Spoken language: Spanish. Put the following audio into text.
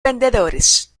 vendedores